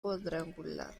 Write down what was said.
cuadrangular